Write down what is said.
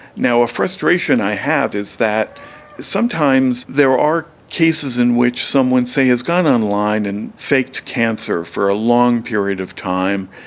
now, a frustration i have is that sometimes there are cases in which someone, say, has gone online and faked cancer for a long period time,